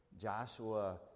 Joshua